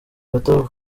gato